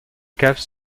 cave